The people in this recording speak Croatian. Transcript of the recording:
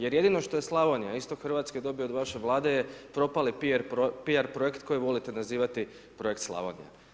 Jer jedino što i Slavonija, isto Hrvatska dobije od vaše vlade je propali p.r. projekt koji volite nazivati projekt Slavonija.